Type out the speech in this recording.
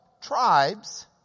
tribes